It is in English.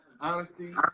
honesty